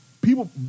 people